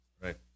Right